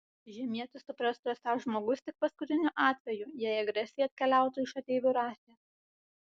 žemietis suprastų esąs žmogus tik paskutiniu atveju jei agresija atkeliautų iš ateivių rasės